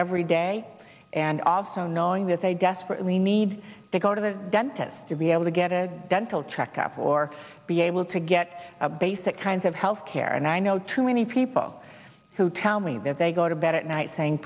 every day and also knowing that they desperately need to go to the dentist to be able to get a dental check up or be able to get a basic kinds of health care and i know too many people who tell me that they go to bed at night saying